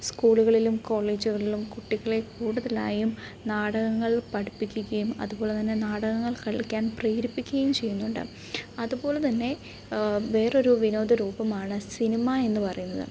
സ്കൂളുകളിലും കോളേജുകളിലും കുട്ടികളെ കൂടുതലായും നാടകങ്ങൾ പഠിപ്പിക്കുകയും അതുപോലെത്തന്നെ നാടകങ്ങൾ കളിയ്ക്കാൻ പ്രേരിപ്പിക്കുകയും ചെയ്യുന്നുണ്ട് അതുപോലെത്തന്നെ വേറൊരു വിനോദരൂപമാണ് സിനിമ എന്ന് പറയുന്നത്